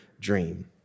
dream